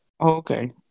Okay